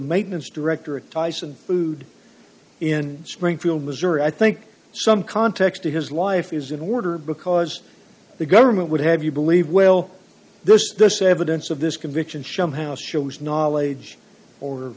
maintenance director at tyson food in springfield missouri i think some context of his life is in order because the government would have you believe well this evidence of this conviction somehow shows knowledge or